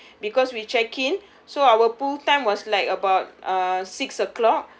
because we checked in so our pool time was like about uh six O clock